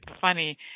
funny